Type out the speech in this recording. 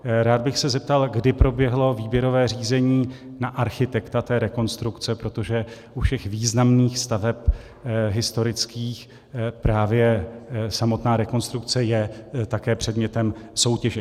Rád bych se zeptal, kdy proběhlo výběrové řízení na architekta té rekonstrukce, protože u všech významných staveb historických právě samotná rekonstrukce je také předmětem soutěže.